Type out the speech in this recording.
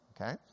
Okay